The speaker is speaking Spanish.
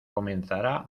comenzará